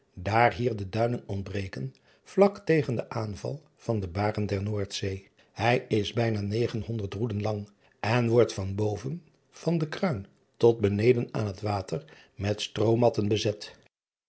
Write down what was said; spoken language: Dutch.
daar hier de duinen ontbreken driaan oosjes zn et leven van illegonda uisman vlak tegen den aanval van de baren der oordzee ij is bijna negenhonderd roeden lang en wordt van boven van de kruin tot beneden aan het water met stroomatten bezet